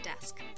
desk